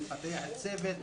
לפתח צוות,